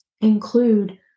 include